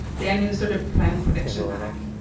they administer the planned protection act,